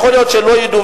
יכול להיות שלא ידעו,